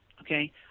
Okay